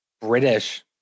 British